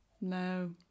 no